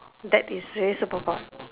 that is very superpower